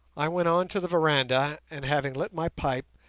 i went on to the veranda and, having lit my pipe,